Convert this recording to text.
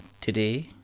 today